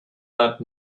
that